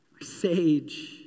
sage